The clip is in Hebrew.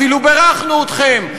אפילו בירכנו אתכם.